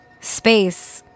space